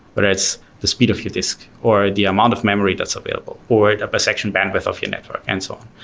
but it's the speed of your disk, or the amount of memory that's available, or a bisection bandwidth of your network and so on.